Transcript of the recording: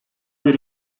bir